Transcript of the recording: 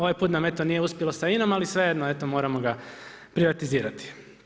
Ovaj put nam eto nije uspjelo sa INA-om, ali svejedno eto moramo ga privatizirati.